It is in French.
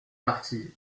parti